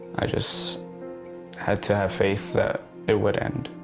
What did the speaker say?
i just had to have faith that it would end,